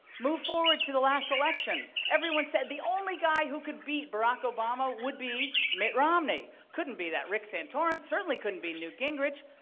move forward to the last election. everyone said, the only guy who could beat barack obama would be mitt romney. couldn't be that rick santorum. certainly couldn't be newt gingrich.